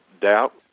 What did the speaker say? doubt